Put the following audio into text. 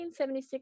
1976